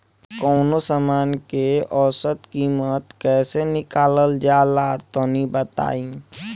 कवनो समान के औसत कीमत कैसे निकालल जा ला तनी बताई?